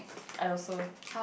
I also